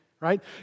right